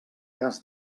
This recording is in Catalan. cas